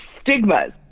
stigmas